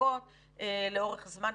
שנזקקות לאורך זמן.